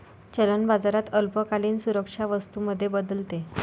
चलन बाजारात अल्पकालीन सुरक्षा वस्तू मध्ये बदलते